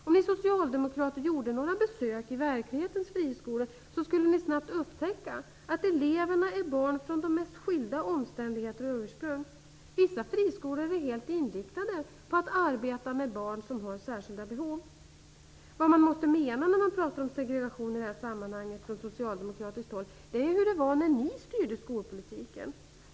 Om ni socialdemokrater skulle göra några besök i verklighetens friskolor, skulle ni snabbt upptäcka att eleverna utgörs av barn som kommer från de mest skilda omständigheter och med skilda ursprung. Vissa friskolor är helt inriktade på att arbeta med barn som har särskilda behov. Vad socialdemokraterna måste mena när de talar om segregation i det här sammanhanget är de förhållanden som rådde när de styrde skolpolitiken.